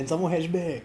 and somemore hatchback